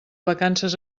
vacances